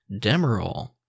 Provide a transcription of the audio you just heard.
Demerol